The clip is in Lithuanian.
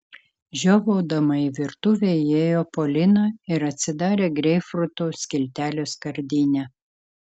žiovaudama į virtuvę įėjo polina ir atsidarė greipfrutų skiltelių skardinę